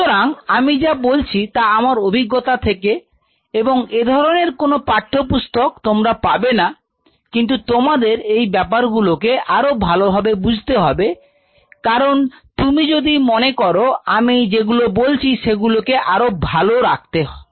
সুতরাং আমি যা বলছি তা আমার অভিজ্ঞতা থেকে এবং এ ধরনের কোনো পাঠ্যপুস্তক তোমরা পাবে না কিন্তু তোমাদের এই ব্যাপারগুলোকে আরো ভালোভাবে বুঝতে হবে কারণ তুমি যদি মনে করো আমি যেগুলো বলছি সেগুলো কে আরো ভালো থাকতে পারবে